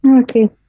Okay